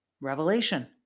revelation